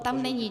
Tam není.